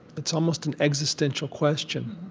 it's almost an existential question.